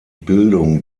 bildung